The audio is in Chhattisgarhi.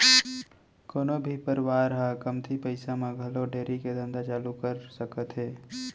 कोनो भी परवार ह कमती पइसा म घलौ डेयरी के धंधा ल चालू कर सकत हे